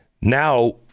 Now